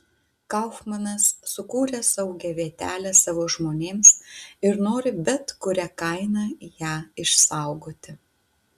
kaufmanas sukūrė saugią vietelę savo žmonėms ir nori bet kuria kaina ją išsaugoti